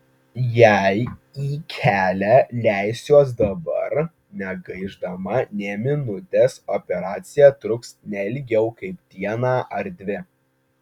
jei į kelią leisiuosi dabar negaišdama nė minutės operacija truks ne ilgiau kaip dieną ar dvi